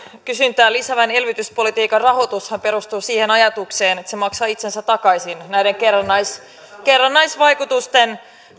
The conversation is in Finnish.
kysyntää lisäävän elvytyspolitiikan rahoitushan perustuu siihen ajatukseen että se maksaa itsensä takaisin näiden kerrannaisvaikutusten kerrannaisvaikutusten